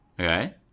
Okay